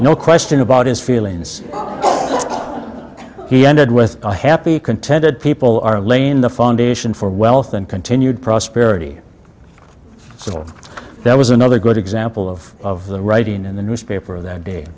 no question about his feelings he ended with a happy contented people are laying the foundation for wealth and continued prosperity still there was another good example of the writing in the newspaper that